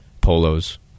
polos